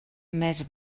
més